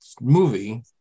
movie